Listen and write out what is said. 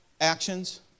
actions